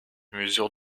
mesure